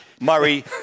Murray